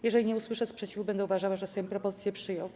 Jeżeli nie usłyszę sprzeciwu, będę uważała, że Sejm propozycje przyjął.